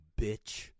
bitch